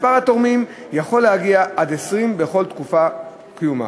מספר התורמים יכול להגיע עד 20 בכל תקופת קיומה.